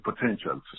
potential